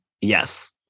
Yes